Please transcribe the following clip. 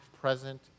present